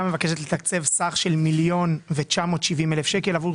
מבקשת לתקצב סך של 1,970,000 שקל עבור